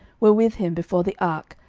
were with him before the ark,